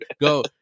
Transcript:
Go